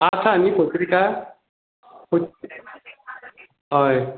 आसा न्ही पत्रिका हय